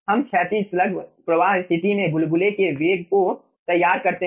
हम क्षैतिज स्लग प्रवाह स्थिति में बुलबुले के वेग को तैयार करते हैं